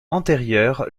antérieures